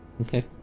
Okay